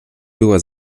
była